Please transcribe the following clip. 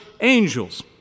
angels